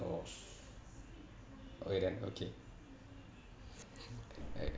okay done okay right